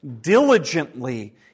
diligently